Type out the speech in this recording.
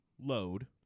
load